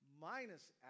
minus